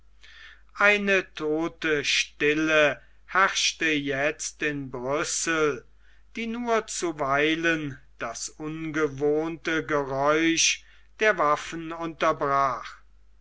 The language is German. eine todte stille herrschte jetzt in brüssel die nur zuweilen das ungewohnte geräusch der waffen unterbrach